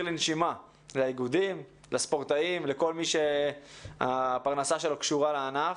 לנשימה לאיגודים ולספורטאים ולכל מי שהפרנסה שלו קשורה לענף.